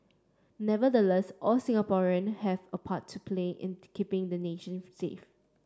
nevertheless all Singaporean have a part to play in keeping the nation safe